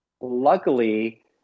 luckily